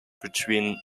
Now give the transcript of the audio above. between